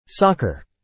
Soccer